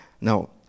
Now